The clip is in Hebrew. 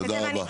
תודה רבה.